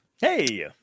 Hey